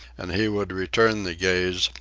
and he would return the gaze,